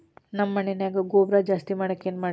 ನಮ್ಮ ಮಣ್ಣಿನ್ಯಾಗ ಗೊಬ್ರಾ ಜಾಸ್ತಿ ಮಾಡಾಕ ಏನ್ ಮಾಡ್ಲಿ?